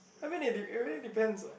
I mean it de~ it really depends what